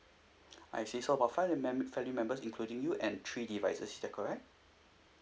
I see so about five family member family members including you and three devices is that correct